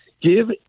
give